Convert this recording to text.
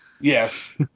Yes